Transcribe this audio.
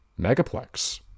Megaplex